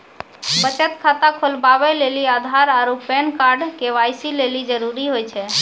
बचत खाता खोलबाबै लेली आधार आरू पैन कार्ड के.वाइ.सी लेली जरूरी होय छै